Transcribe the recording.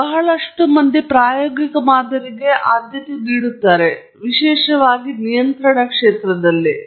ಬಹಳಷ್ಟು ಮಂದಿ ನಿಜವಾಗಿಯೂ ಅದಕ್ಕೆ ಆದ್ಯತೆ ನೀಡುತ್ತಾರೆ ವಿಶೇಷವಾಗಿ ನಿಯಂತ್ರಣದಲ್ಲಿದ್ದಾರೆ